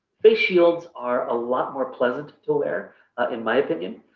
face shields are a lot more pleasant to wear in my opinion.